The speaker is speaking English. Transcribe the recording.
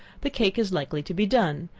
the cake is likely to be done,